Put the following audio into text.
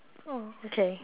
oh okay